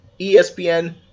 ESPN